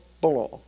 belong